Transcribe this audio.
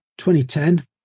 2010